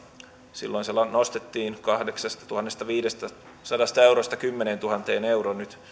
silloin se nostettiin kahdeksastatuhannestaviidestäsadasta eurosta kymmeneentuhanteen euroon nyt